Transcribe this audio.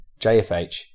JFH